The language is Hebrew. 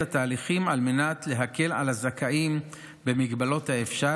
התהליכים על מנת להקל על הזכאים במגבלות האפשר,